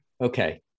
Okay